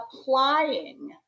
applying